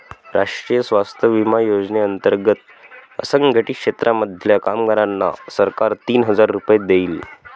राष्ट्रीय स्वास्थ्य विमा योजने अंतर्गत असंघटित क्षेत्रांमधल्या कामगारांना सरकार तीस हजार रुपये देईल